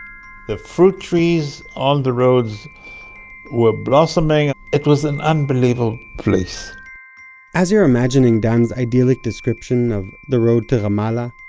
the fruit trees on the roads were blossoming, it was an unbelievable place as you're imagining dan's idyllic description of the road to ramallah,